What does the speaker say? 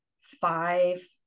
five